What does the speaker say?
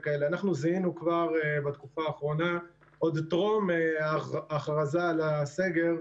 אנחנו זיהינו כבר בתקופה האחרונה עוד טרום ההכרזה על הסגר,